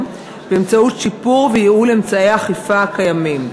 באמצעות שיפור וייעול של אמצעי האכיפה הקיימים.